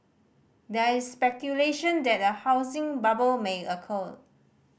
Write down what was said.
there is speculation that a housing bubble may occur